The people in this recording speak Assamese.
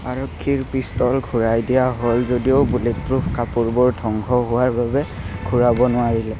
আৰক্ষীৰ পিষ্টল ঘূৰাই দিয়া হ'ল যদিও বুলেটপ্ৰুফ কাপুৰবোৰ ধ্বংস হোৱাৰ বাবে ঘূৰাব নোৱাৰিলে